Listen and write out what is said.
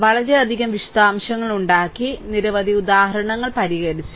വളരെയധികം വിശദാംശങ്ങൾ ഉണ്ടാക്കി നിരവധി ഉദാഹരണങ്ങൾ പരിഹരിച്ചു